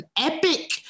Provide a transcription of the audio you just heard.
epic